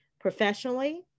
professionally